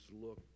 look